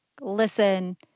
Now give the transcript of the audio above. listen